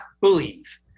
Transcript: believe